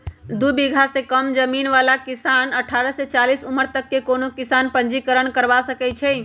दू बिगहा से कम जमीन बला किसान अठारह से चालीस उमर तक के कोनो किसान पंजीकरण करबा सकै छइ